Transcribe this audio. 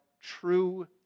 true